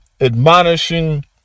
admonishing